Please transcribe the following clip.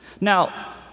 Now